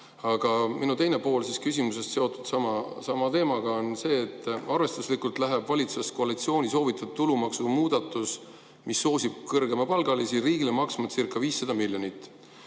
Aga minu teine pool küsimusest, seotud sama teemaga, on selline. Arvestuslikult läheb valitsuskoalitsiooni soovitud tulumaksumuudatus, mis soosib kõrgemapalgalisi, riigile maksmacirca500 miljonit.